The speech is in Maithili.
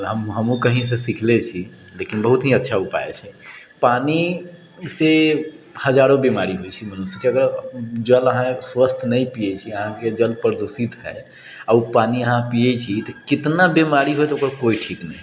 हमहूँ कहीँसँ सिखलै छी लेकिन बहुत ही अच्छा उपाय छै पानिसँ हजारो बिमारी होइ छै मनुष्यके अगर जल अहाँ स्वच्छ नहि पिए छी अहाँके जल प्रदूषित हइ आओर ओ पानि अहाँ पिए छी तऽ कतना बिमारी होइत ओकर कोइ ठीक नहि